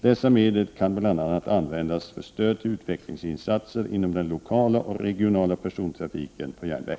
Dessa medel kan bl.a. användas för stöd till utvecklingsinsatser inom den lokala och regionala persontrafiken på järnväg.